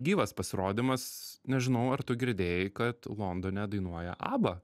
gyvas pasirodymas nežinau ar tu girdėjai kad londone dainuoja aba